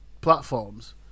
platforms